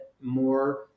more